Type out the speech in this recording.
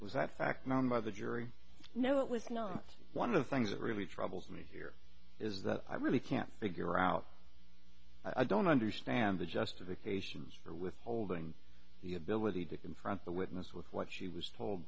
was that fact known by the jury no it was not one of the things that really troubles me here is that i really can't figure out i don't understand the justifications for withholding the ability to confront the witness with what she was told